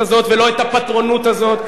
הציבור לא יקנה את ההתנשאות הזאת ואת הפטרונות הזאת,